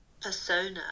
persona